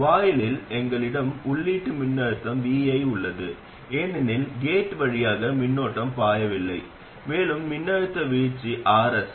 வாயிலில் எங்களிடம் உள்ளீட்டு மின்னழுத்தம் vi உள்ளது ஏனெனில் கேட் வழியாக மின்னோட்டம் பாயவில்லை மேலும் மின்னழுத்த வீழ்ச்சி Rs